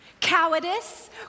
cowardice